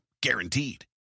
guaranteed